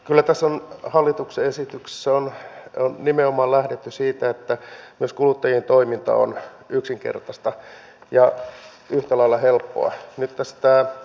kyllä tässä hallituksen esityksessä on nimenomaan lähdetty siitä että myös kuluttajien toiminta on yksinkertaista ja yhtä lailla helppoa